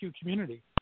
community